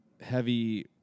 heavy